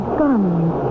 guns